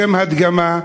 לשם הדגמה,